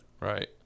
Right